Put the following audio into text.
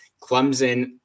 Clemson